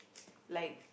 like